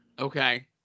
Okay